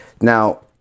Now